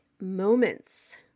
moments